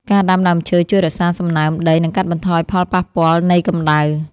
ការដាំដើមឈើជួយរក្សាសំណើមដី និងកាត់បន្ថយផលប៉ះពាល់នៃកំដៅ។